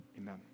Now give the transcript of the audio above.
Amen